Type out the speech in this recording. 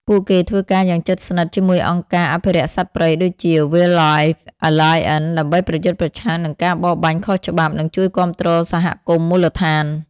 ពួកគេធ្វើការយ៉ាងជិតស្និទ្ធជាមួយអង្គការអភិរក្សសត្វព្រៃដូចជា Wildlife Alliance ដើម្បីប្រយុទ្ធប្រឆាំងនឹងការបរបាញ់ខុសច្បាប់ និងជួយគាំទ្រសហគមន៍មូលដ្ឋាន។